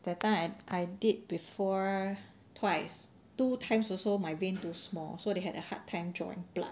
that time I I did before twice two times also my vein too small so they had a hard time drawing blood